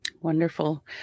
Wonderful